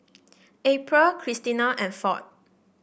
April Christena and Ford